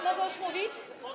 Mogę już mówić?